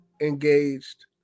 engaged